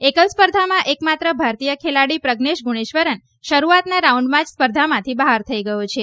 એકલ સ્પર્ધામાં એકમાત્ર ભારતીય ખેલાડી પ્રજ્ઞેશ ગુન્નેશ્વરન શરૂઆતના રાઉન્ડમાં જ સ્પર્ધામાંથી બહાર થઇ ગયો છે